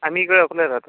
आमी इकडं आकोल्याला राहतो